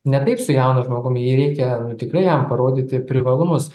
ne taip su jaunu žmogum jį reikia tikrai jam parodyti privalumus